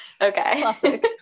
Okay